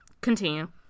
Continue